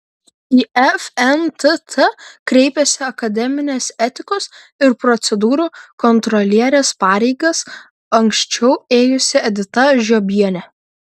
į fntt kreipėsi akademinės etikos ir procedūrų kontrolierės pareigas anksčiau ėjusi edita žiobienė